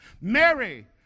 Mary